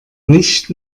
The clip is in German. nicht